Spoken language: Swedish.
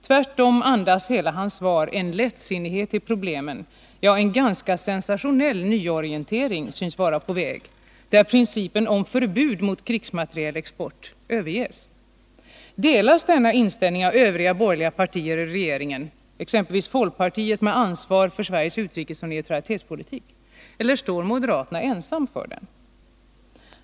Tvärtom andas hela hans svar en lättsinnig inställning till problemen; ja, en ganska sensationell nyorientering synes vara på väg, där principen om förbud mot krigsmaterielexport överges. Delas denna inställning av övriga borgerliga partier i regeringen — exempelvis av folkpartiet med ansvar för Sveriges utrikesoch neutralitetspolitik — eller står moderaterna ensamma för den?